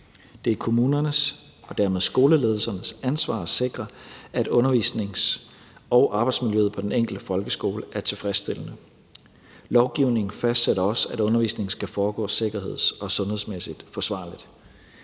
Det er kommunernes og dermed skoleledelsernes ansvar at sikre, at undervisnings- og arbejdsmiljøet på den enkelte folkeskole er tilfredsstillende. Lovgivningen fastsætter også, at undervisningen skal foregå sikkerheds- og sundhedsmæssigt forsvarligt.